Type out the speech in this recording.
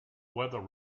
weather